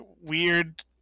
weird